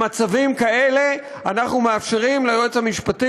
במצבים כאלה אנחנו מאפשרים ליועץ המשפטי